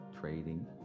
trading